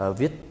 viết